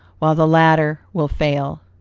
while the latter will fail.